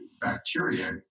bacteria